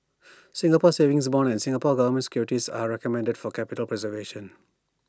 Singapore savings bonds and Singapore Government securities are recommended for capital preservation